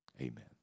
amen